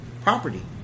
property